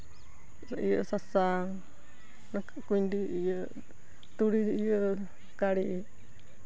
ᱤᱭᱟᱹ ᱥᱟᱥᱟᱝ ᱚᱱᱮ ᱠᱩᱸᱭᱰᱤ ᱤᱭᱟᱹ ᱛᱩᱲᱤ ᱤᱭᱟᱹ ᱠᱟᱸᱲᱮ